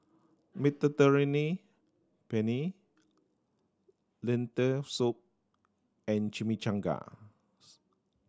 Mediterranean Penne Lentil Soup and Chimichangas